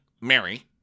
Mary